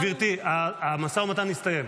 גברתי, המשא ומתן הסתיים.